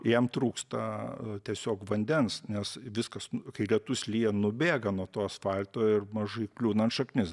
jam trūksta tiesiog vandens nes viskas kai lietus lyja nubėga nuo to asfalto ir mažai kliūna ant šaknis